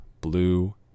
Blue